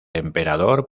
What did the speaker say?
emperador